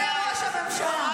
זה ראש הממשלה.